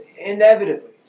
inevitably